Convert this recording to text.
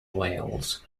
wales